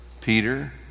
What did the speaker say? Peter